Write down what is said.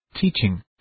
Teaching